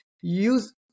Use